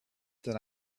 that